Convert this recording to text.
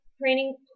training